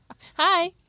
Hi